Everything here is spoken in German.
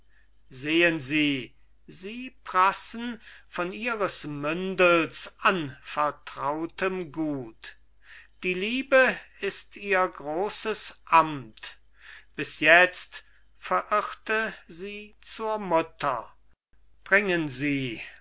sehen sie sie prassen von ihres mündels anvertrautem gut die liebe ist ihr großes amt bis jetzt verirrte sie zur mutter bringen sie